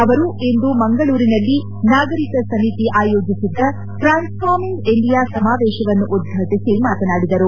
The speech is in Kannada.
ಅವರು ಇಂದು ಮಂಗಳೂರಿನಲ್ಲಿ ನಾಗರಿಕ ಸಮಿತಿ ಆಯೋಜಿಸಿದ್ದ ಟ್ರಾನ್ಸ್ಫಾರ್ಸಿಂಗ್ ಇಂಡಿಯಾ ಸಮಾವೇಶವನ್ನು ಉದ್ವಾಟಿಸಿ ಮಾತನಾಡಿದರು